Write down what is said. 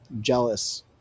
jealous